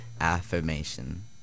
affirmation